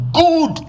good